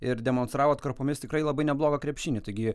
ir demonstravo atkarpomis tikrai labai neblogą krepšinį taigi